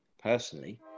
personally